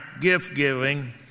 gift-giving